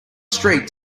street